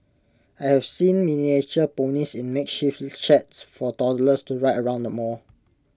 I've seen miniature ponies in makeshift sheds for toddlers to ride around mall